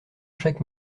chaque